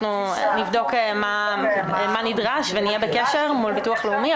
אנחנו נבדוק מה נדרש ונהיה בקשר מול ביטוח לאומי,